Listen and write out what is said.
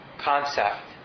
concept